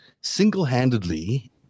single-handedly